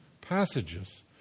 passages